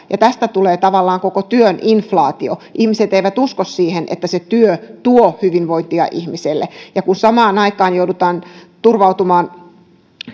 ja tästä tulee tavallaan koko työn inflaatio ihmiset eivät usko siihen että työ tuo hyvinvointia ihmiselle kun samaan aikaan joudutaan turvautumaan